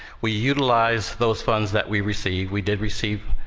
we utilize those funds that we receive. we did receive